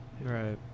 Right